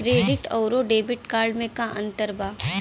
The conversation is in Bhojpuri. क्रेडिट अउरो डेबिट कार्ड मे का अन्तर बा?